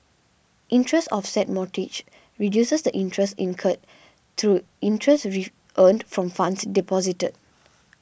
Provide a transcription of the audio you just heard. interest offset mortgages reduces the interest incurred through interest re earned from funds deposited